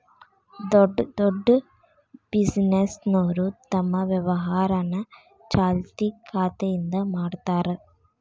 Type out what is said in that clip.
ದೊಡ್ಡ್ ದೊಡ್ಡ್ ಬಿಸಿನೆಸ್ನೋರು ತಮ್ ವ್ಯವಹಾರನ ಚಾಲ್ತಿ ಖಾತೆಯಿಂದ ಮಾಡ್ತಾರಾ